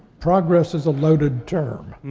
progress is a loaded term.